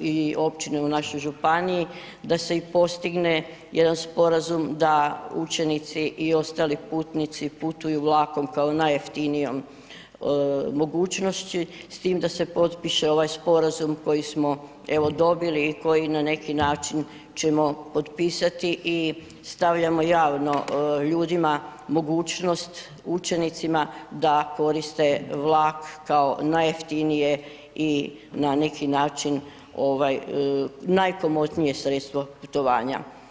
i općine u našoj županiji da se i postigne jedan sporazum da učenici i ostali putnici putuju vlakom kao najjeftinijom mogućnosti s tim da se potpiše ovaj sporazum koji smo evo dobili i koji na neki način ćemo potpisati i stavljamo javno ljudima, mogućnost učenicima da koriste vlak kao najjeftinije i na neki način ovaj najkomotnije sredstvo putovanja.